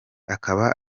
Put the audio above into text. akaba